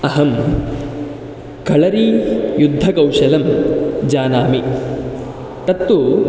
अहं कलरियुद्धकौशलं जानामि तत्तु